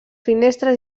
finestres